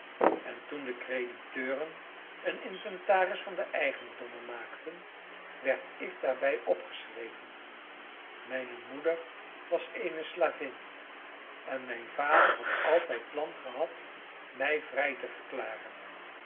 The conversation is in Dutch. en toen de crediteuren een inventaris van de eigendommen maakten werd ik daarbij opgeschreven mijne moeder was eene slavin en mijn vader had altijd plan gehad mij vrij te verklaren